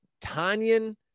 Tanyan